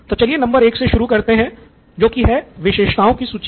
तो चलिए नंबर एक से शुरू करते हैं जो की है विशेषताओं की सूची